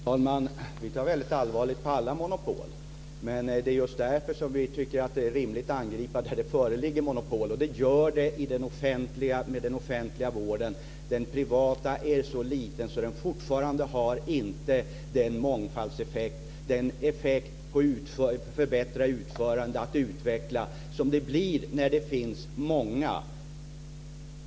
Fru talman! Vi ser väldigt allvarligt på alla monopol, men det är just därför som vi tycker att det är rimligt att angripa de monopol som föreligger. Det gör det med den offentliga vården. Den privata är så liten att den fortfarande inte har den mångfaldseffekt eller den effekt att förbättra utförandet och utveckla som det blir när det finns många.